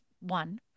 one